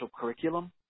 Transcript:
curriculum